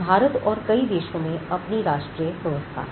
भारत और कई देशों में अपनी राष्ट्रीय व्यवस्था है